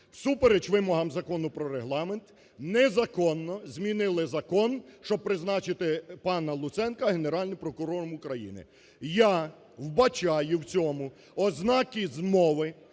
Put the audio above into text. Всупереч вимогам Закону про Регламент незаконно змінили закон, щоб призначити пана Луценка Генеральним прокурором України. Я вбачаю в цьому ознаки змови